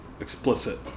explicit